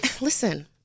listen